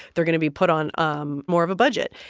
they're going to be put on um more of a budget.